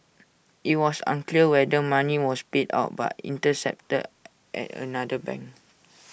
IT was unclear whether money was paid out but intercepted at another bank